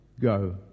go